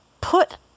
put